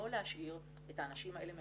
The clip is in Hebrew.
לא להשאיר את האנשים האלה מאחור,